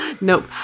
nope